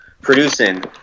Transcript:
producing